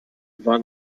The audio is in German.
waren